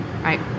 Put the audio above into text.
Right